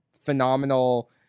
phenomenal